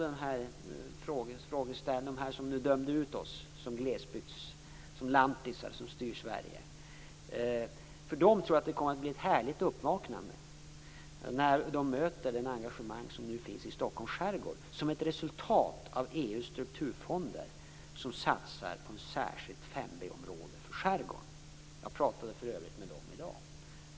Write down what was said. De som dömde ut oss som lantisar som styr Sverige - för dem tror jag att det kommer att bli ett härligt uppvaknande när de möter det engagemang som nu finns i Stockholms skärgård som ett resultat av EU:s strukturfonder, som satsar på ett särskilt 5b-område för skärgården. Jag pratade för övrigt med dem i dag.